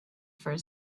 for